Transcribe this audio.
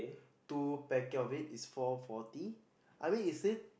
two packet of it it's four forty I mean it's still